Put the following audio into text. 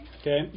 okay